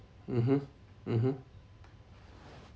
mmhmm mmhmm